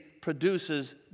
produces